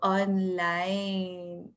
online